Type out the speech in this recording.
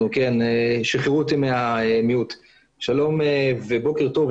שלום ובוקר טוב.